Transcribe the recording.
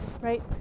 Right